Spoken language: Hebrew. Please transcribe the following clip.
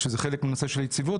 שזה חלק מהנושא של היציבות,